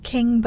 King